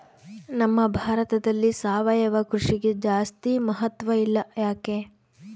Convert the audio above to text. ನಮ್ಮ ಭಾರತದಲ್ಲಿ ಸಾವಯವ ಕೃಷಿಗೆ ಜಾಸ್ತಿ ಮಹತ್ವ ಇಲ್ಲ ಯಾಕೆ?